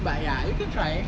but ya you can try